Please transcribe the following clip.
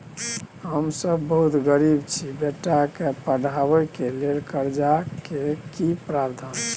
हम सब बहुत गरीब छी, बेटा के पढाबै के लेल कर्जा के की प्रावधान छै?